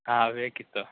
ಹಾಂ ಬೇಕಿತ್ತು